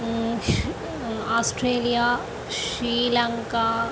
Australia Sri Lanka